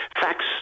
facts